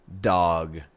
dog